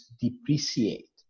depreciate